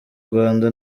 rwanda